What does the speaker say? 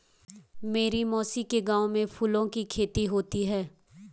मेरी मौसी के गांव में फूलों की खेती होती है